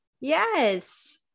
Yes